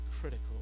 critical